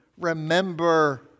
Remember